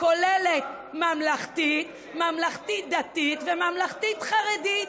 כוללת ממלכתית, ממלכתית-דתית וממלכתית-חרדית.